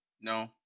no